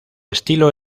estilo